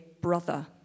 brother